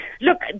Look